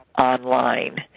online